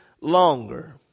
longer